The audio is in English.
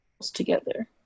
together